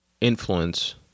influence